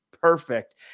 perfect